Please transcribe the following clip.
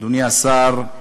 אדוני השר,